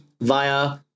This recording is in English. via